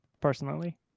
personally